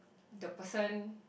the person